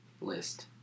list